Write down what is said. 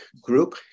group